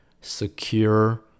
secure